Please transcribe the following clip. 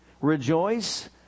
Rejoice